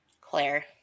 Claire